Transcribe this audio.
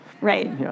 Right